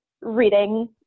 reading